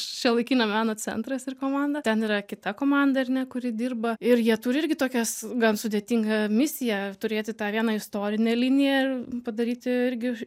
šiuolaikinio meno centras ir komanda ten yra kita komanda ar ne kuri dirba ir jie turi irgi tokias gan sudėtingą misiją turėti tą vieną istorinę liniją ir padaryti irgi